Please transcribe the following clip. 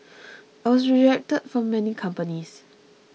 I was rejected from many companies